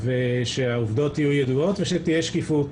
ושהעובדות יהיו ידועות ושתהיה שקיפות,